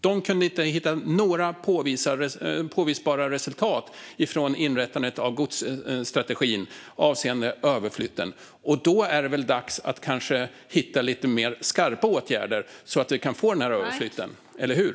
De kunde inte hitta några påvisbara resultat av inrättandet av godsstrategin avseende överflytten. Då är det väl kanske dags att hitta lite mer skarpa åtgärder så att vi kan få den här överflytten, eller hur?